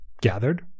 gathered